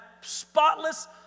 spotless